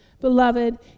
beloved